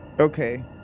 Okay